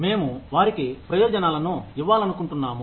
మేము వారికి ప్రయోజనాలను ఇవ్వాలనుకుంటున్నాము